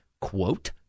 quote